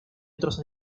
otros